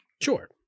Sure